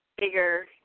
bigger